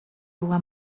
była